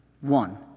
one